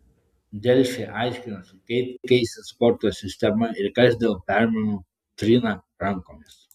delfi aiškinosi kaip keisis sporto sistema ir kas dėl permainų trina rankomis